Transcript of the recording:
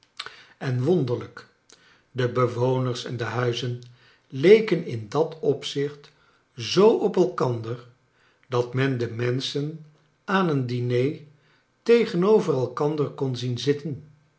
en wonderlijk de bewoners en de huizen leken in dat opzicht zoo op elkander dat men de menschen aan een diner tegenover elkander kon zien zitten